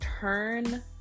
turn